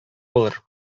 булыр